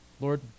Lord